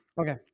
Okay